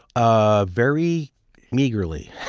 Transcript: ah very meagerly.